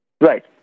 Right